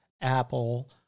Apple